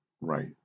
Right